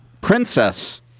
Princess